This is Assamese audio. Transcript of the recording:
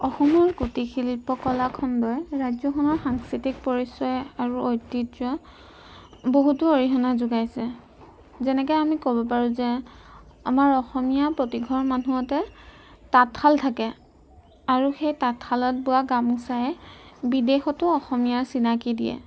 অসমৰ কুটীৰ শিল্পকলাখণ্ডই ৰাজ্যখনৰ সাংস্কৃতিক পৰিচয় আৰু ঐতিহ্য বহুতো অৰিহণা যোগাইছে যেনেকে আমি ক'ব পাৰোঁ যে আমাৰ অসমীয়া প্ৰতিঘৰ মানুহতে তাঁতশাল থাকে আৰু সেই তাঁতশালত বোৱা গামোচাই বিদেশতো অসমীয়াৰ চিনাকি দিয়ে